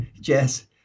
Jess